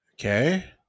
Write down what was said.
Okay